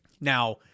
Now